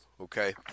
okay